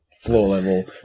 floor-level